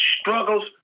struggles